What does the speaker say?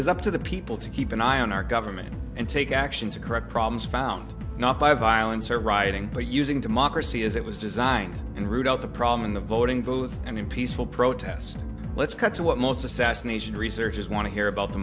is up to the people to keep an eye on our government and take action to correct problems found not by violence or rioting but using democracy as it was designed and root out the problem in the voting booth and in peaceful protest let's cut to what most assassination researchers want to hear about the